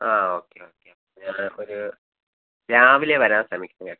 ആ okay okay ഞാനപ്പമൊരു രാവിലെ വരാൻ ശ്രമിക്കാം കേട്ടോ